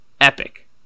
epic